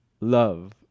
love